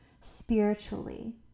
spiritually